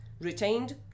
retained